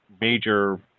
major